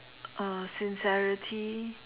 uh sincerity